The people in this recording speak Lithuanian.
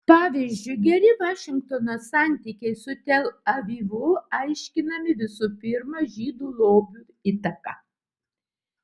pavyzdžiui geri vašingtono santykiai su tel avivu aiškinami visų pirma žydų lobių įtaka